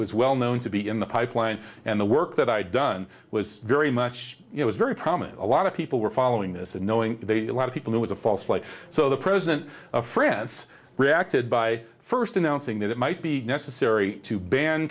was well known to be in the pipeline and the work that i'd done was very much it was very prominent a lot of people were following this and knowing a lot of people who is a false light so the president of france reacted by first announcing that it might be necessary to ban